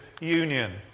union